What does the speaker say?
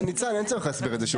ניצן, אין צורך להסביר את זה שוב.